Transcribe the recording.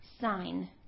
sign